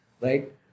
Right